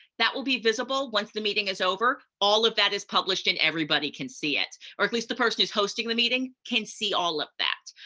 that will be visible once the meeting is over. all of that is published and everybody can see it. or at least the person who's hosting the meeting can see all of that.